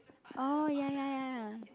oh ya ya ya